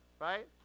right